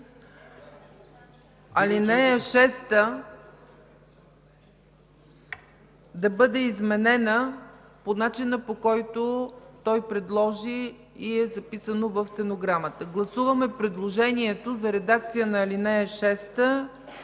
ал. 6 да бъде изменена по начина, по който той предложи и е записано в стенограмата. Гласуваме предложението за редакция на ал. 6